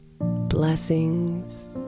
Blessings